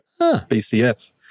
BCF